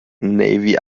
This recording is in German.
navy